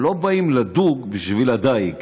הם לא באים לדוג בשביל הדיג.